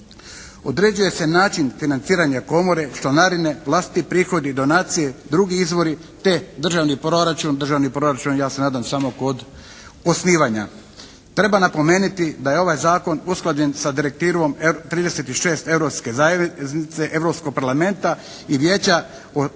Određuje se način financiranja komore, članarine, vlastiti prihodi, donacije, drugi izvori te državni proračun. Državni proračun ja se nadam samo kod osnivanja. Treba napomenuti da je ovaj Zakon usklađen sa direktivom 36 europske zajednice, Europskog Parlamenta i Vijeća priznavanju